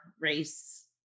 race